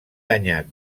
danyat